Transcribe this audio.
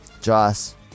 Joss